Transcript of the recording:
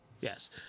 yes